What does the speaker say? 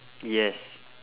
yes